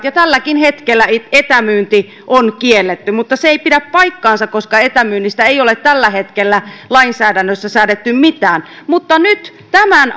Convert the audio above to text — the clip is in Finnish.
ja tälläkin hetkellä etämyynti on kielletty niin se ei pidä paikkaansa koska etämyynnistä ei ole tällä hetkellä lainsäädännössä säädetty mitään mutta nyt tämän